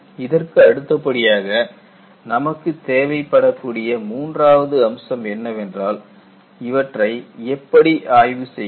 இதற்கு அடுத்தபடியாக நமக்கு தேவைப்படக்கூடிய மூன்றாவது அம்சம் என்னவென்றால் இவற்றை எப்படி ஆய்வு செய்வது